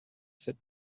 sit